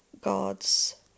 God's